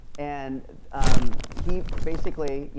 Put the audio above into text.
and he basically, you